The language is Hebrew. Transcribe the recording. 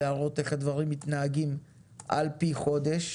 להראות לנו איך הדברים מתנהגים על פי חודש